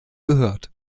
gehört